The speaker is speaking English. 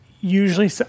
usually